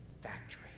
factory